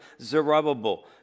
Zerubbabel